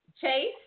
Chase